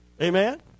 Amen